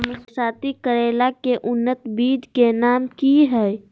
बरसाती करेला के उन्नत बिज के नाम की हैय?